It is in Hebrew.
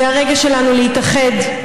זה הרגע שלנו להתאחד,